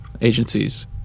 agencies